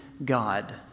God